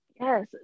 Yes